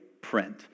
print